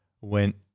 went